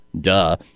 Duh